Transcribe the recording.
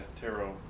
tarot